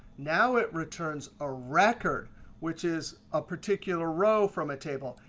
now it returns a record which is a particular row from a table.